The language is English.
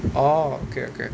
orh okay okay